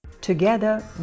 Together